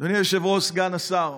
אדוני היושב-ראש, סגן השר,